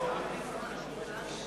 בבקשה.